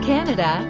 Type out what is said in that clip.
Canada